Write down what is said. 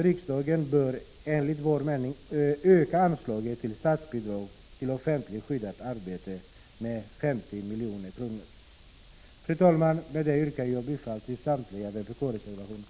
Riksdagen bör enligt vår mening öka anslaget till statsbidrag till offentligt skyddat arbete med 50 milj.kr. Fru talman! Med det anförda yrkar jag bifall till samtliga vpk-reservationer.